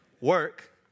work